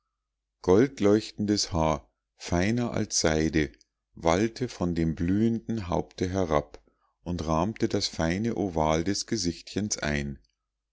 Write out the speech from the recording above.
goldleuchtendes haar feiner als seide wallte von dem blühenden haupte herab und rahmte das feine oval des gesichtchens ein